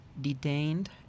detained